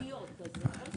הוא אמר סוגיות --- כן,